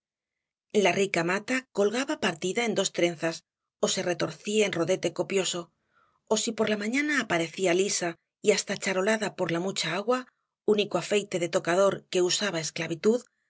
la rica mata colgaba partida en dos trenzas ó se retorcía en rodete copioso y si por la mañana aparecía lisa y hasta charolada por la mucha agua único afeite de tocador que usaba esclavitud